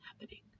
happening